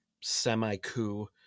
semi-coup